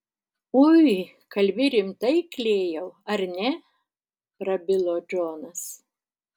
ui kalbi rimtai klėjau ar ne prabilo džonas